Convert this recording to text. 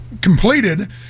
completed